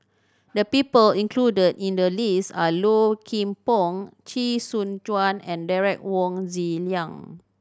the people included in the list are Low Kim Pong Chee Soon Juan and Derek Wong Zi Liang